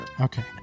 okay